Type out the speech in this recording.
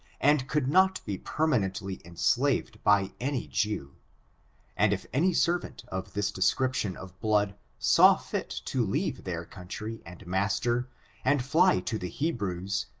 and could not be permanently enslaved by any jew and if any servant of this description of blood saw fit to leave their country and master and fly to the hebrews,